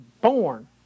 born